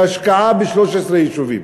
להשקעה ב-13 יישובים.